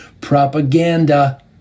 Propaganda